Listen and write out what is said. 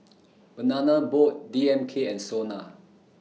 Banana Boat D M K and Sona